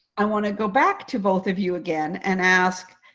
i want to go back to both of you again and ask,